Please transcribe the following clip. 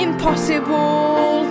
Impossible